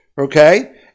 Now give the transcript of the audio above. Okay